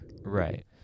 Right